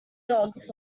dogs